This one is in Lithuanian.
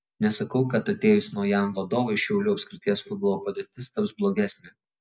nesakau kad atėjus naujam vadovui šiaulių apskrities futbolo padėtis taps blogesnė